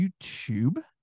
YouTube